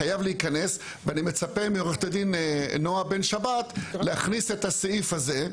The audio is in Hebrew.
ואני מצפה מעו"ד נעה בן שבת להכניס את הסעיף הזה.